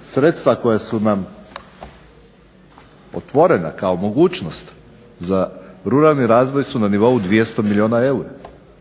Sredstva koja su nam otvorena kao mogućnost za ruralni razvoj su na nivou 200 milijuna eura